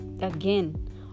Again